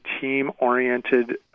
team-oriented